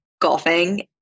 golfing